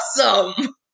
awesome